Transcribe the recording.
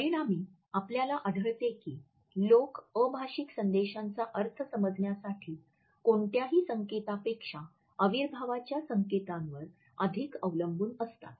परिणामी आपल्याला आढळते की लोक अभाषिक संदेशांचा अर्थ समजण्यासाठी कोणत्याही संकेतापेक्षा अविर्भावांच्या संकेतांवर अधिक अवलंबून असतात